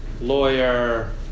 lawyer